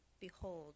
Behold